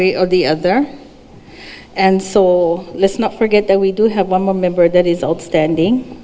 way or the other and saw let's not forget that we do have one more member that is outstanding